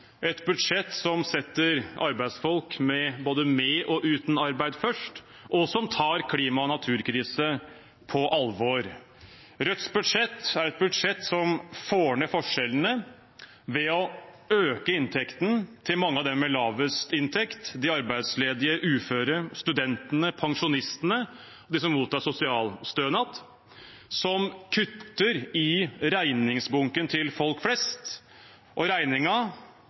et budsjett som setter arbeidsfolk både med og uten arbeid først, og som tar klima- og naturkrise på alvor. Rødts budsjett er et budsjett som får ned forskjellene ved å øke inntekten til mange av dem med lavest inntekt – de arbeidsledige, de uføre, studentene, pensjonistene, de som mottar sosialstønad. Det kutter i regningsbunken til folk flest, og